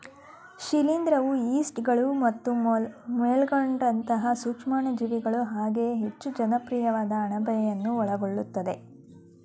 ಶಿಲೀಂಧ್ರವು ಯೀಸ್ಟ್ಗಳು ಮತ್ತು ಮೊಲ್ಡ್ಗಳಂತಹ ಸೂಕ್ಷಾಣುಜೀವಿಗಳು ಹಾಗೆಯೇ ಹೆಚ್ಚು ಜನಪ್ರಿಯವಾದ ಅಣಬೆಯನ್ನು ಒಳಗೊಳ್ಳುತ್ತದೆ